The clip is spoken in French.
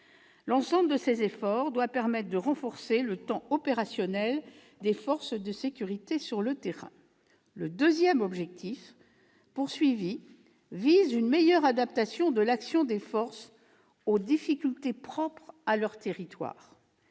L'ensemble de ces efforts doit permettre de renforcer le temps opérationnel des forces de sécurité sur le terrain. Le deuxième objectif vise à une meilleure adaptation de l'action des forces aux difficultés propres à leur territoire.